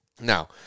Now